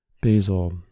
Basil